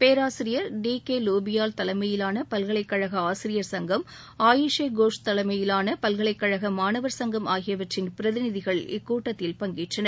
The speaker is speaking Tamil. பேராசிரியர் டி கே லோபியாள் தலைமயிலான பல்கலைக்கழக ஆசிரியர் சங்கம் ஆயிஷே கோஷ் தலைமையிலான பல்கலைக்கழக மாணவர் சங்கம் ஆகியவற்றின் பிரதிநிதிகள் இக்கூட்டத்தில் பங்கேற்றனர்